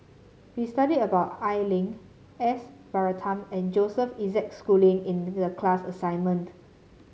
we studied about Al Lim S Varathan and Joseph Isaac Schooling in the class assignment